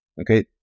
okay